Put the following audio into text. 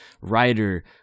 writer